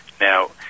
Now